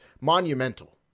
monumental